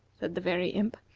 said the very imp.